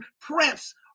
prince